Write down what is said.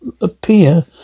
appear